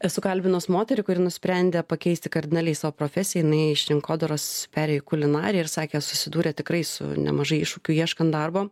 esu kalbinus moterį kuri nusprendė pakeisti kardinaliai savo profesiją jinai iš rinkodaros perėjo į kulinariją ir sakė susidūrė tikrai su nemažai iššūkių ieškant darbo